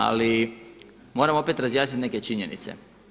Ali moram opet razjasniti neke činjenice.